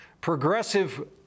progressive